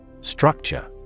Structure